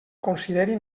consideri